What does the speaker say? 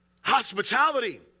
Hospitality